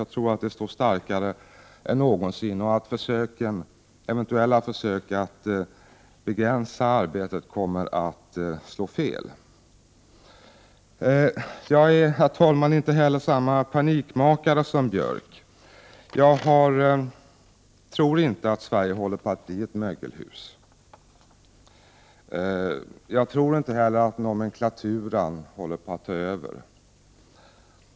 Jag tror att det står starkare än någonsin och att eventuella försök att begränsa arbetet kommer att slå fel. Jag är, herr talman, inte heller samma panikmakare som Anders Björck. Jag tror inte att Sverige håller på att bli ett mögelhus. Jag tror inte heller att nomenklaturen håller på att ta över.